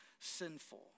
sinful